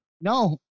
no